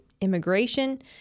immigration